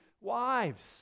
wives